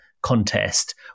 contest